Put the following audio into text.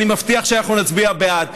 אני מבטיח שאנחנו נצביע בעד.